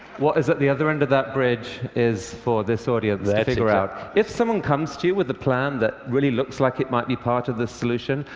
what is at the other end of that bridge is for this audience to figure out. if someone comes to you with a plan that really looks like it might be part of this solution,